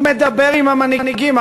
הוא מדבר עם המנהיגים.